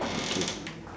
okay